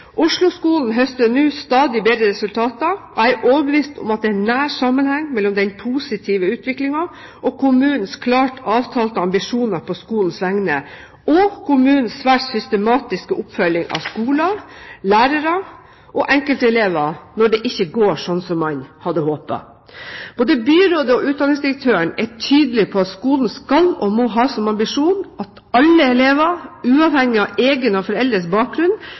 høster nå stadig bedre resultater. Jeg er overbevist om at det er nær sammenheng mellom den positive utviklingen og kommunens klart uttalte ambisjoner på skolens vegne og kommunens svært systematiske oppfølging av skoler, lærere og enkeltelever når det ikke går slik man hadde håpet. Både byrådet og utdanningsdirektøren er tydelige på at skolen skal og må ha som ambisjon at alle elever, uavhengig av egen og foreldres bakgrunn,